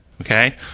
Okay